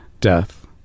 death